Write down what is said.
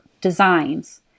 designs